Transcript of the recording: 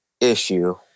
issue